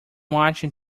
watching